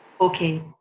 okay